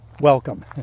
Welcome